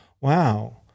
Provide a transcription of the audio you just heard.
wow